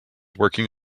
working